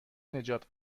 نجات